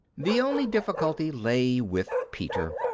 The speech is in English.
the only difficulty lay with peter.